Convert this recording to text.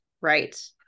Right